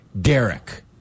Derek